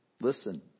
listen